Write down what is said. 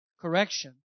correction